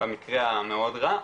במקרה המאוד רע,